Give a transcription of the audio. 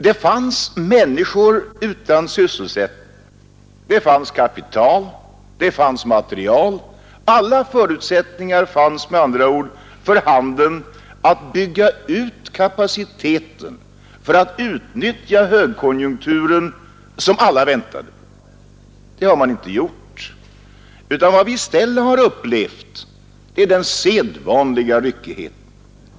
Det fanns människor utan sysselsättning, det fanns kapital och det fanns material — alla förutsättningar fanns med andra ord för näringslivet att bygga ut kapaciteten för att utnyttja den högkonjunktur som alla väntade på. Det har man inte gjort, utan vi har i stället upplevt den sedvanliga ryckigheten.